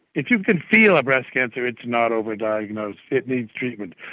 if you can feel a breast cancer, it's not over-diagnosed, it needs treatment.